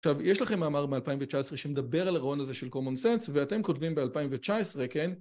עכשיו, יש לכם מאמר ב-2019 שמדבר על הרעיון הזה של common sense, ואתם כותבים ב-2019, כן?